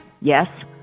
Yes